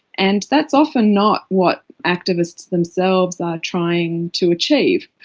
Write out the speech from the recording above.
and that's often not what activists themselves are trying to achieve.